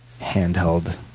handheld